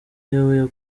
yewe